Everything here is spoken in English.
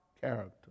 character